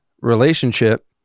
relationship